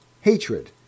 hatred